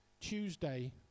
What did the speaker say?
tuesday